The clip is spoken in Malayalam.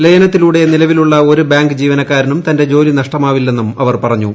ലയനത്തിലൂടെ നിലവിലുള്ള ഒരു ബാങ്ക് ജീവനക്കാരനും തന്റെ ജോലി നഷ്ടമാവില്ലെന്നും അവർ പറഞ്ഞു